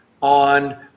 on